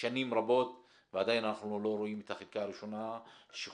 שנים רבות ועדיין אנחנו לא רואים את החלקה הראשונה שחולקה.